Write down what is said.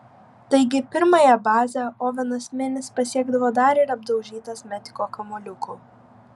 taigi pirmąją bazę ovenas minis pasiekdavo dar ir apdaužytas metiko kamuoliukų